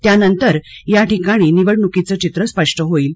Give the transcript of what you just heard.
त्यांनतर या ठिकाणी निवडणूकीचं चित्र स्पष्ट होईल